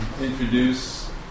introduce